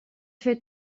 fer